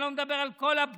אני לא מדבר על כל הפגיעה